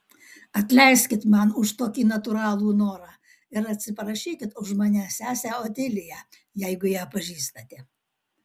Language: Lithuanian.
atleiskit man už tokį natūralų norą ir atsiprašykit už mane sesę otiliją jeigu ją pažįstate